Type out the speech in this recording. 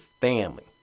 family